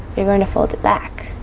you're going to fold it back